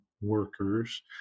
workers